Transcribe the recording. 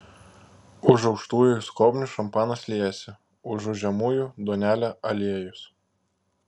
už aukštųjų skobnių šampanas liejasi užu žemųjų duonelė aliejus